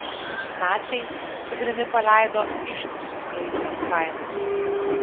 naciai ugnimi paleido ištisus graikijos kaimus